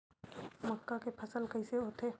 मक्का के फसल कइसे होथे?